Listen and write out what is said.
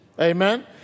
Amen